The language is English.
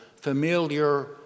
familiar